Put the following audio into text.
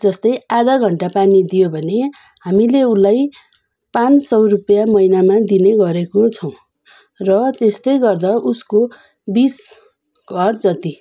जस्तै आधा घन्टा पानी दियो भने हामीले उसलाई पाँच सौ रुपियाँ महिनामा दिने गरेको छौँ र त्यस्तै गर्दा उसको बिस घर जति